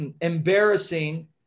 embarrassing